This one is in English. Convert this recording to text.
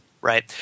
right